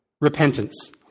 Repentance